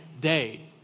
day